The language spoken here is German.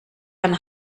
jan